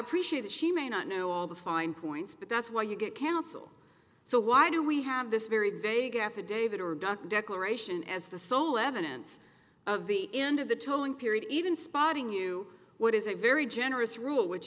appreciate that she may not know all the fine points but that's why you get counsel so why do we have this very vague affidavit or duct declaration as the sole evidence of the end of the towing period even spotting you what is a very generous rule which